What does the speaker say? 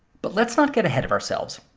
but let's not get ahead of ourselves.